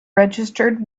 registered